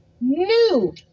new